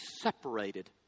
separated